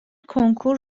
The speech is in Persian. کنکور